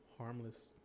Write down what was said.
Harmless